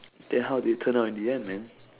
then how did it turn out in the end man